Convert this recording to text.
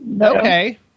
Okay